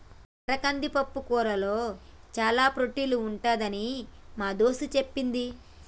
ఎర్ర కంది పప్పుకూరలో చానా ప్రోటీన్ ఉంటదని మా దోస్తు చెప్పింది